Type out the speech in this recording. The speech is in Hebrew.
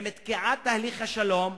עם תקיעת תהליך השלום,